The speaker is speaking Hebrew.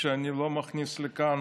ואני לא מכניס לכאן